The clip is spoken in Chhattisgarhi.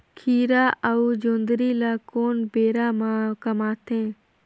खीरा अउ जोंदरी ल कोन बेरा म कमाथे?